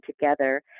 together